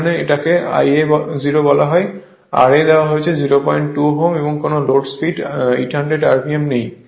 এখানে এটাকে Ia 0 বলে ra দেওয়া হয়েছে 02 Ω এবং কোন লোড স্পিড 800 rpm নেই